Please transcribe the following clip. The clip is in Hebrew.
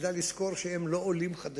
אני יודע להגיד לכם שכנראה בעוד שבועיים,